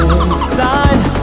inside